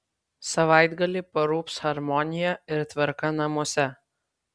savaitgalį parūps harmonija ir tvarka namuose